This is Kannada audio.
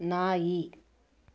ನಾಯಿ